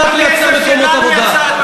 הכנסת לא יודעת לייצר מקומות עבודה.